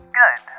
good